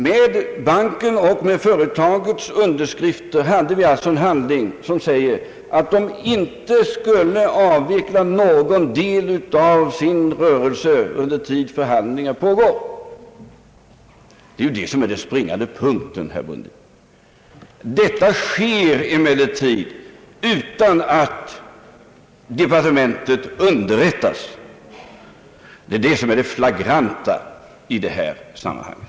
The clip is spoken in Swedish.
Med bankens och företagets underskrifter hade vi alltså en handling som säger att företaget inte skulle avveckla någon del av sin rörelse under tid då förhandlingar pågår. Det är den springande punkten, herr Brundin, att detta sker utan att departementet underrättas. Detta är det flagranta i sammanhanget.